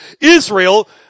Israel